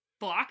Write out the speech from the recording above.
fuck